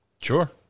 Sure